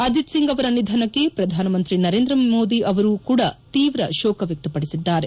ಅಜಿತ್ ಸಿಂಗ್ ಅವರ ನಿಧನಕ್ಕೆ ಪ್ರಧಾನಮಂತ್ರಿ ನರೇಂದ್ರ ಮೋದಿ ಅವರೂ ಕೂಡ ತೀವ್ರ ಶೋಕ ವ್ಯಕ್ತಪಡಿಸಿದ್ದಾರೆ